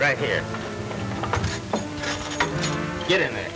right here get in